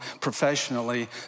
professionally